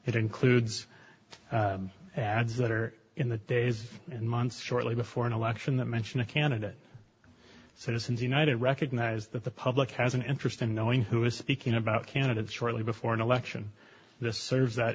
it includes ads that are in the days and months shortly before an election that mention a candidate citizens united recognize that the public has an interest in knowing who is speaking about candidates shortly before an election this serves that